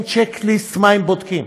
אין צ'ק ליסט מה הם בודקים.